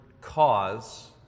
cause